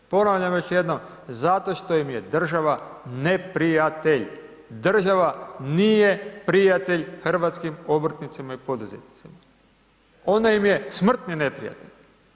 Ponavljam još jednom zato što im je država neprijatelj, država nije prijatelj hrvatskim obrtnicima i poduzetnicima, ona im je smrtni neprijatelj.